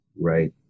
Right